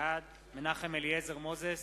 בעד מנחם אליעזר מוזס,